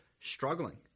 struggling